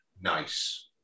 nice